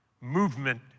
movement